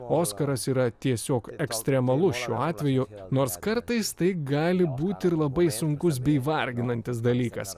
oskaras yra tiesiog ekstremalus šiuo atveju nors kartais tai gali būti ir labai sunkus bei varginantis dalykas